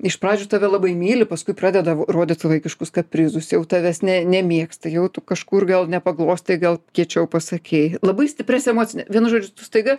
iš pradžių tave labai myli paskui pradeda rodyt vaikiškus kaprizus jau tavęs ne nemėgsta jau tu kažkur gal nepagalvojęs tai gal kiečiau pasakei labai stiprias emocinę vienu žodžiu staiga